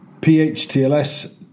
PHTLS